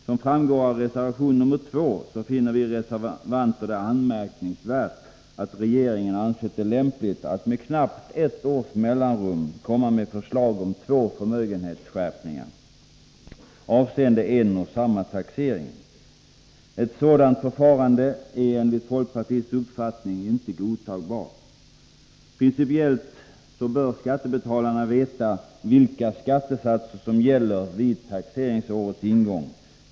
Som framgår av reservation 2 finner vi reservanter det anmärkningsvärt att regeringen har ansett det lämpligt att med knappt ett års mellanrum komma med förslag om två förmögenhetsskatteskärpningar avseende en och samma taxering. Ett sådant förfarande är enligt folkpartiets uppfattning inte godtagbart. Principiellt bör skattebetalarna veta vilka skattesatser som gäller vid taxeringsårets ingång.